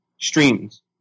streams